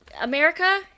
America